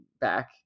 back